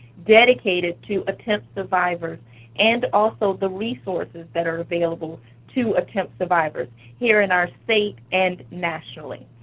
dedicated to attempt survivors and also the resources that are available to attempt survivors here in our state and nationally.